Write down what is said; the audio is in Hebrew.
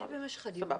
במשך הדיון.